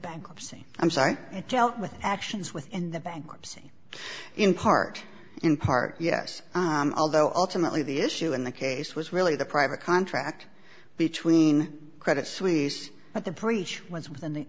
bankruptcy i'm sorry with actions within the bankruptcy in part in part yes although ultimately the issue in the case was really the private contract between credit suisse at the priest was